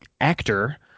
actor